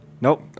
Nope